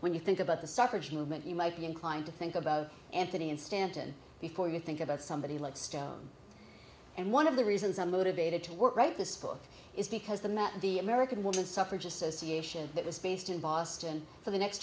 when you think about the suffrage movement you might be inclined to think about anthony and stanton before you think about somebody like stone and one of the reasons i'm motivated to work write this book is because the met the american woman suffrage association that was based in boston for the next